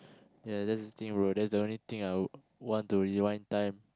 ya that's the thing about that's the only thing I would want to rewind time